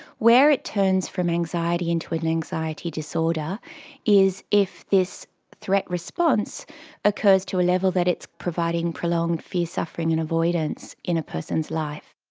where it turns from anxiety into an anxiety disorder is if this threat response occurs to a level that it's providing prolonged fear, suffering and avoidance in a person's life.